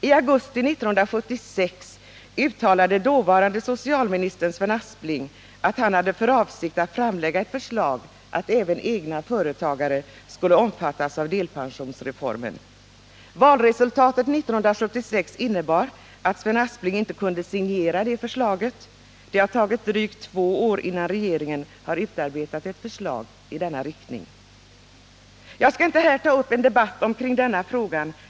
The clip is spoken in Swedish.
I augusti 1976 uttalade dåvarande socialministern Sven Aspling att han hade för avsikt att framlägga ett förslag om att även egna företagare skulle omfattas av delpensionsreformen. Valresultatet 1976 innebar att Sven Aspling inte kunde signera det förslaget, och det har tagit drygt två år innan regeringen utarbetat ett förslag i den riktningen. Jag skall inte här ta upp en debatt kring den frågan.